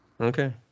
Okay